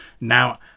Now